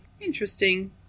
interesting